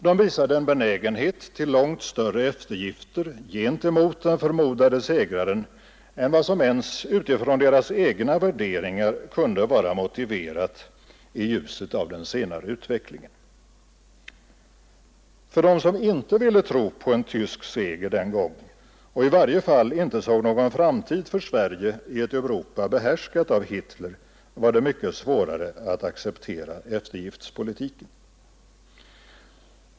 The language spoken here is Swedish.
De visade en benägenhet till långt större eftergifter gentemot den förmodade segraren än vad som ens utifrån deras egna värderingar kunde vara motiverat i ljuset av den senare utvecklingen. För dem som inte ville tro på en tysk seger den gången och i varje fall inte såg någon framtid för Sverige i ett Europa behärskat av Hitler var det mycket svårare att acceptera eftergiftspolitiken.